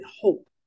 hope